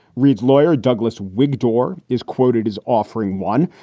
reid's lawyer, douglas wigg door, is quoted as offering one.